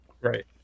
Right